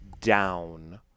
down